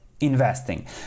investing